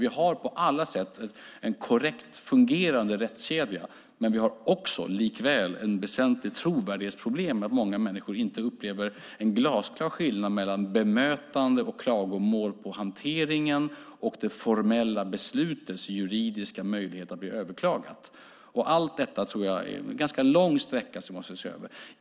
Vi har en på alla sätt korrekt fungerande rättskedja, men vi har också ett väsentligt trovärdighetsproblem genom att många människor inte ser en glasklar skillnad mellan bemötande och hanteringen av klagomål och det formella beslutets juridiska möjlighet att bli överklagat. Det är en ganska lång sträcka som måste ses över.